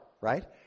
Right